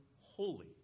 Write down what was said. holy